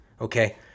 Okay